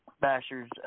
Basher's